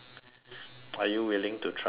are you willing to try again